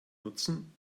nutzen